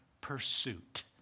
pursuit